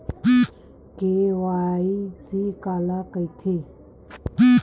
KYC काला कइथे?